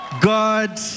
God